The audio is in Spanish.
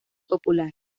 popular